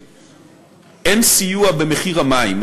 אין סיוע במחיר המים.